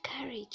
courage